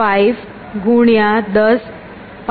5 10 10 થશે